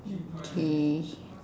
okay